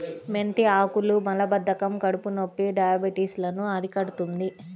మెంతి ఆకులు మలబద్ధకం, కడుపునొప్పి, డయాబెటిస్ లను అరికడుతుంది